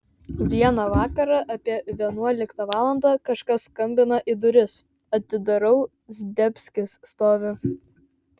vieną vakarą apie vienuoliktą valandą kažkas skambina į duris atidarau zdebskis stovi